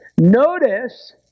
Notice